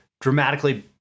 dramatically